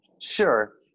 sure